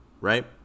right